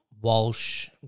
Walsh